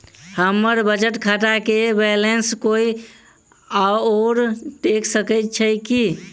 हम्मर बचत खाता केँ बैलेंस कोय आओर देख सकैत अछि की